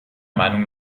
meinung